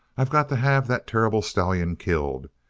i've got to have that terrible stallion killed.